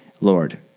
Lord